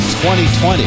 2020